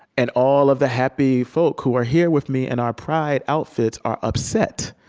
and all of the happy folk who are here with me in our pride outfits are upset,